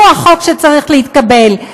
הוא החוק שצריך להתקבל,